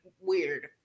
weird